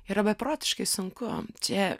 yra beprotiškai sunku čia